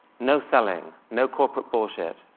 no selling, no corporate bullshit,